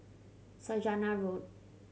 Saujana Road